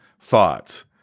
thoughts